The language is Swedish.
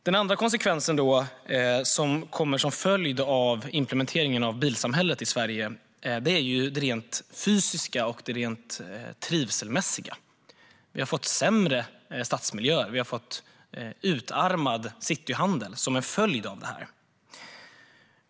Den andra konsekvensen av implementeringen av bilsamhället i Sverige är rent fysisk och trivselmässig. Vi har fått sämre stadsmiljöer. Vi har fått utarmad cityhandel som en följd av det här.